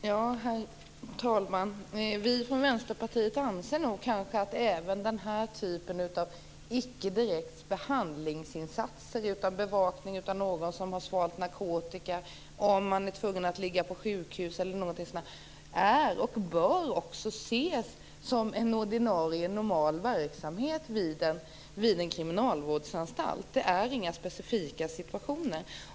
Herr talman! Vi från Vänsterpartiet anser nog att även den här typen av icke direkta behandlingsinsatser, utan när det gäller bevakning av någon som har svalt narkotika, någon som är tvungen att ligga på sjukhus m.m., är och bör ses som en ordinarie verksamhet vid en kriminalvårdsanstalt. Det är inga specifika situationer.